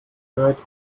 gerät